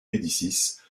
médicis